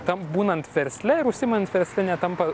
tam būnant versle ir užsiimant versle netampa